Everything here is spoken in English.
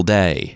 day